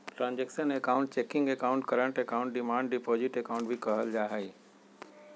transactional account checking account, current account, demand deposit account भी कहल जाहई